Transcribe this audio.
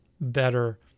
better